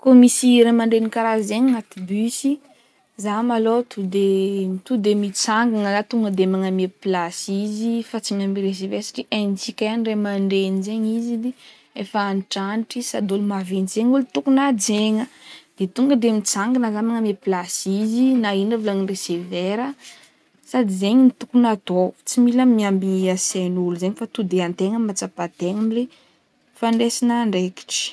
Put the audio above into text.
Koa misy ray aman-dreny karaha zegny agnaty bus, zaho malô to de mitsangagna, tonga de magname plasy izy, fa tsy miamby recevera satria haintsika ihany ray aman-dregny zegny izy edy efa antitrantitra izy sady ôlo maventy zegny ôlo tokony hajaigna, de tonga de mitsangana za magname plasy izy na ino raha volanin'ny resevera sady zegny no tokony atao, tsy mila miambigny ahasiahan'ôlo zegny fa to' antegna mahaatsapa amle fandraisana andraikitra.